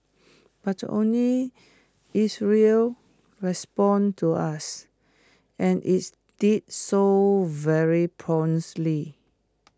but only Israel responded to us and IT did so very promptly